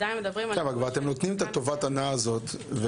אבל אתם כבר נותנים את טובת ההנאה הזאת.